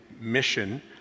mission